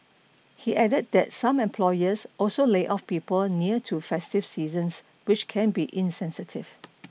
he added that some employers also lay off people near to festive seasons which can be insensitive